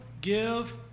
give